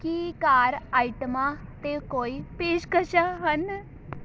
ਕੀ car ਆਈਟਮਾਂ 'ਤੇ ਕੋਈ ਪੇਸ਼ਕਸ਼ਾਂ ਹਨ